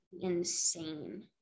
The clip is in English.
insane